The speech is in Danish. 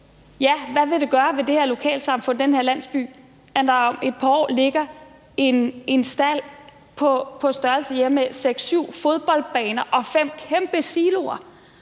Hvad vil det gøre ved det her lokalsamfund og den her landsby, at der om et par år ligger en stald på størrelse med seks, syv fodboldbaner, fem kæmpe siloer,